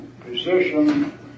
position